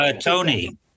Tony